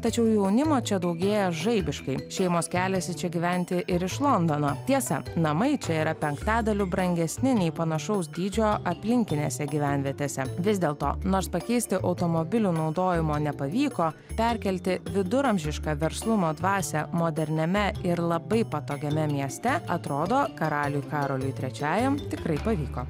tačiau jaunimo čia daugėja žaibiškai šeimos keliasi čia gyventi ir iš londono tiesa namai čia yra penktadaliu brangesni nei panašaus dydžio aplinkinėse gyvenvietėse vis dėlto nors pakeisti automobilių naudojimo nepavyko perkelti viduramžišką verslumo dvasią moderniame ir labai patogiame mieste atrodo karaliui karoliui trečiajam tikrai pavyko